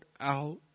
out